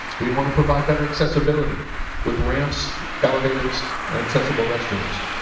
we want to provide better accessibility with rams elevators and accessible restrooms.